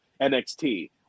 NXT